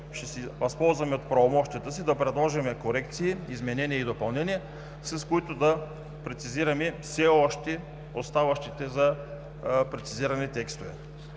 ще се възползваме от правомощията си да предложим корекции, изменения и допълнения, с които да прецизираме все още оставащите за прецизиране текстове.